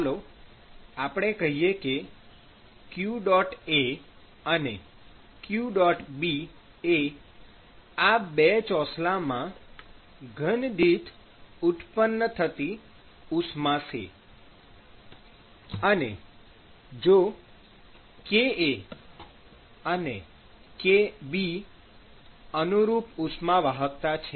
ચાલો આપણે કહીએ કે qA અને qB એ આ ૨ ચોસલામાં ઘનદીઠ ઉત્પન્ન થતી ઉષ્મા છે અને જો kA અને kB અનુરૂપ ઉષ્માવાહકતા છે